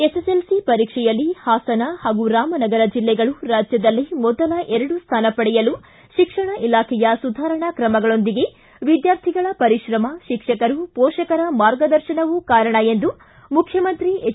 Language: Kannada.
ಎಸ್ಎಸ್ಎಲ್ಸಿ ಪರೀಕ್ಷೆಯಲ್ಲಿ ಹಾಸನ ಹಾಗೂ ರಾಮನಗರ ಜಿಲ್ಲೆಗಳು ರಾಜ್ಯದಲ್ಲೇ ಮೊದಲ ಎರಡು ಸ್ಥಾನ ಪಡೆಯಲು ಶಿಕ್ಷಣ ಇಲಾಖೆಯ ಸುಧಾರಣಾ ಕ್ರಮಗಳೊಂದಿಗೆ ವಿದ್ಯಾರ್ಥಿಗಳ ಪರಿಕ್ರಮ ಶಿಕ್ಷಕರು ಪೋಷಕರ ಮಾರ್ಗದರ್ಶನವೂ ಕಾರಣ ಎಂದು ಮುಖ್ಲಮಂತ್ರಿ ಎಚ್